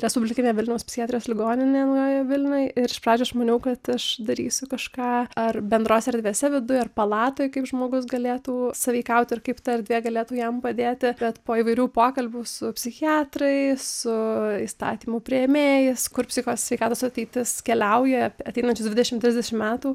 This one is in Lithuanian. respublikinė vilniaus psichiatrijos ligoninė naujojoj vilnioj ir iš pradžių maniau kad aš darysiu kažką ar bendrose erdvėse viduj ar palatoj kaip žmogus galėtų sąveikauti ir kaip ta erdvė galėtų jam padėti bet po įvairių pokalbių su psichiatrais su įstatymų priėmėjais kur psichikos sveikatos ateitis keliauja ateinančius dvidešimt trisdešimt metų